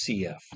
CF